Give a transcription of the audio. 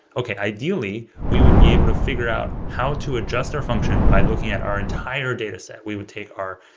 okay ideally we would be able to figure out how to adjust their function by looking at our entire data set. we would take our,